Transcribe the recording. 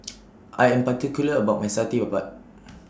I Am particular about My Satay Babat